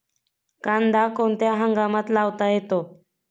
कांदा कोणत्या हंगामात लावता येतो?